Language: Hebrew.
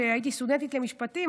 כשהייתי סטודנטית למשפטים,